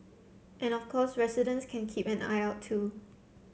and of course residents can keep an eye out too